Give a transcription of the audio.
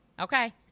Okay